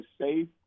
safe